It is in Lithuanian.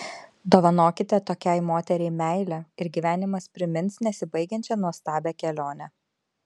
dovanokite tokiai moteriai meilę ir gyvenimas primins nesibaigiančią nuostabią kelionę